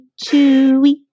chewy